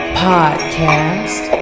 podcast